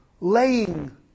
laying